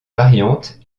variantes